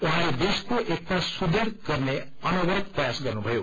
उहाँले देशको एकता सुदुढ़ गर्ने अनवरल प्रयास गर्नुभयो